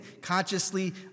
consciously